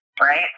right